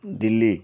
Delhi